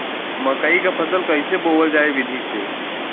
मकई क फसल कईसे बोवल जाई विधि से?